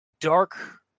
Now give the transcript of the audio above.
dark